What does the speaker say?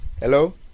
Hello